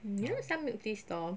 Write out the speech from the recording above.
mm you know some milk tea store